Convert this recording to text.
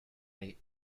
late